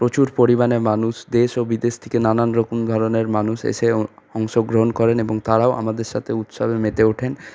প্রচুর পরিমাণে মানুষ দেশ ও বিদেশ থেকে নানানরকম ধরনের মানুষ এসে অংশগ্রহণ করেন এবং তাঁরাও আমাদের সাথে উৎসবে মেতে ওঠেন